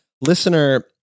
listener